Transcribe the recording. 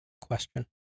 question